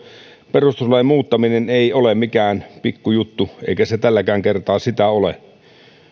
perustuslain muuttaminen ei ole mikään pikkujuttu eikä se tälläkään kertaa sitä ole